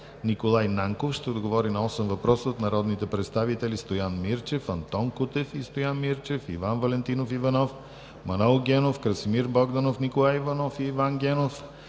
Николай Нанков ще отговори на осем въпроса от народните представители Стоян Мирчев; Антон Кутев и Стоян Мирчев; Иван Валентинов Иванов; Манол Генов; Красимир Богданов; Николай Иванов и Иван Генов;